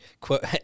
quote